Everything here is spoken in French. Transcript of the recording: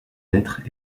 lettres